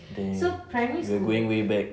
damn we're going way back